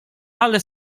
ale